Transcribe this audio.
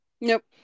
Nope